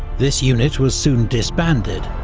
this unit was soon disbanded,